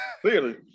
clearly